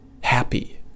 happy